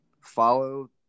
follow